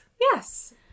Yes